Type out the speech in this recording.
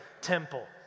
temple